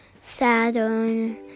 Saturn